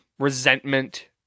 resentment